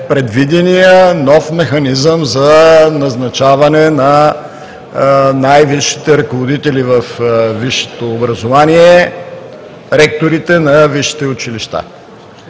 предвиденият нов механизъм за назначаване на най-висшите ръководители във висшето образование – ректорите на висшите училища.